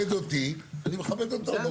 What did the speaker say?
כשמישהו מכבד אותי אני מכבד אותו.